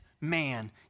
man